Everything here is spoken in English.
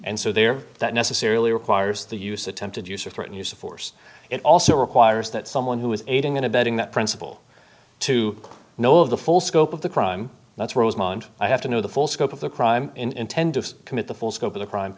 and so there that necessarily requires the use attempted use or threaten use of force it also requires that someone who is aiding and abetting that principle to know of the full scope of the crime that's rosemont i have to know the full scope of the crime intend to commit the full scope of the crime